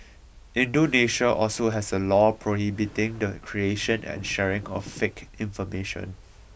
Indonesia also has a law prohibiting the creation and sharing of fake information